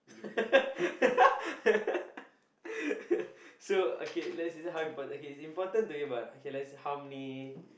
so okay let's see see how important okay it's important to you but okay let's see how many